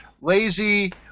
lazy